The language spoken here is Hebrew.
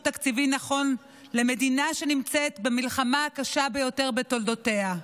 תקציבי נכון למדינה שנמצאת במלחמה הקשה ביותר בתולדותיה.